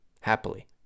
happily